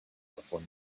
before